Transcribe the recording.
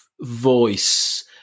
voice